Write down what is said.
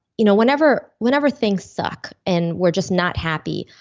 you know whenever whenever things suck and we're just not happy,